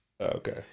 Okay